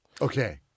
Okay